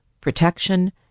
protection